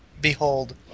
behold